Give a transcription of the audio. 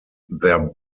their